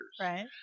Right